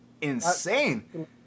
insane